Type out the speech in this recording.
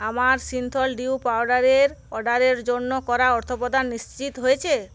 আমার সিন্থল ডিও পাউডারের অর্ডারের জন্য করা অর্থপ্রদান নিশ্চিত হয়েছে